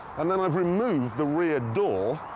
and then i've removed the rear door,